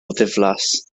ddiflas